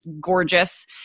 gorgeous